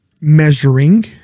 measuring